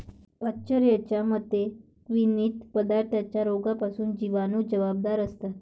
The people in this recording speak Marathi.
पाश्चरच्या मते, किण्वित द्रवपदार्थांच्या रोगांसाठी जिवाणू जबाबदार असतात